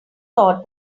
thought